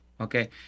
okay